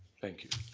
thank you.